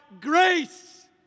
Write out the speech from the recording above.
grace